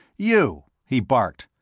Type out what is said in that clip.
you! he barked.